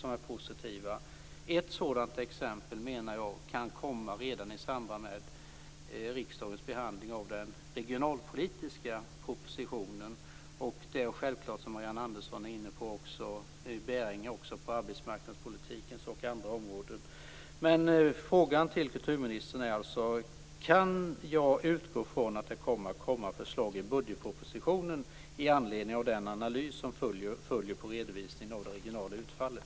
Jag menar att ett sådant exempel kan komma redan i samband med riksdagens behandling av den regionalpolitiska propositionen. Som Marianne Andersson också var inne på har det bäring också på arbetsmarknadspolitikens område och andra områden. Frågan till kulturministern är alltså: Kan jag utgå från att det kommer förslag i budgetpropositionen med anledning av den analys som följer på redovisningen av det regionala utfallet?